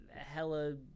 hella